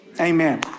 Amen